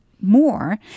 more